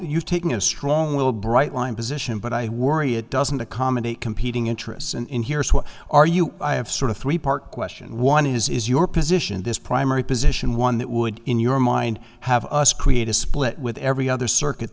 you taking a strong little bright line position but i worry it doesn't accommodate competing interests and in here is what are you i have sort of three part question one is is your position this primary position one that would in your mind have us create a split with every other circuit